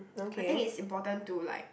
I think it's important to like